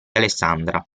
alessandra